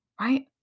right